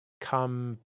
come